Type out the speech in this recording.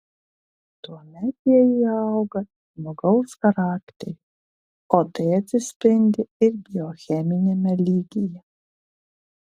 tuomet jie įauga į žmogaus charakterį o tai atsispindi ir biocheminiame lygyje